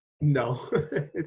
No